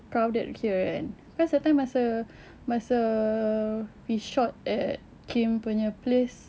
crowded here and because that time masa masa we shot at kim punya place